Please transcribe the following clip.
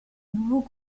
nouveau